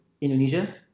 Indonesia